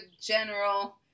general